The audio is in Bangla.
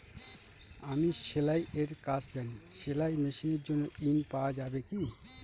আমি সেলাই এর কাজ জানি সেলাই মেশিনের জন্য ঋণ পাওয়া যাবে কি?